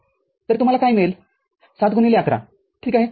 तरतुम्हाला काय मिळेल ७ गुणिले ११ठीक आहे